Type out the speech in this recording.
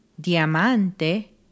Diamante